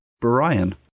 Brian